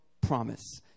promise